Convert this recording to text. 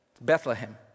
Bethlehem